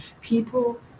people